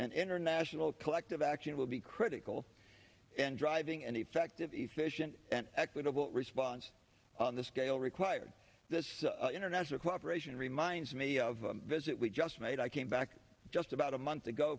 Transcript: and international collective action will be critical and driving an effective efficient and equitable response on the scale required this international cooperation reminds me of a visit we just made i came back just about a month ago